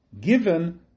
given